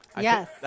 Yes